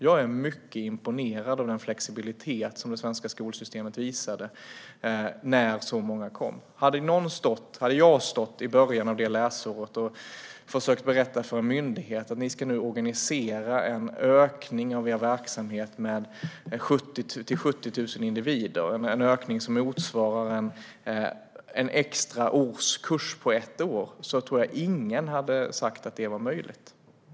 Jag är mycket imponerad av den flexibilitet som det svenska skolsystemet visade när så många kom. Hade jag i början av det läsåret försökt berätta för en myndighet att den skulle organisera en ökning av sin verksamhet till 70 000 individer, en ökning som motsvarar en extra årskurs på ett år, hade nog ingen sagt att det var möjligt.